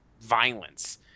violence